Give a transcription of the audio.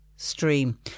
Stream